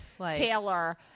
Taylor